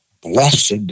blessed